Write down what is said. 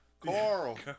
carl